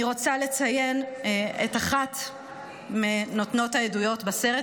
אני רוצה לציין את אחת מנותנות העדויות בסרט,